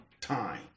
time